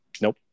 Nope